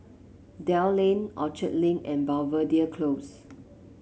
Dell Lane Orchard Link and Belvedere Close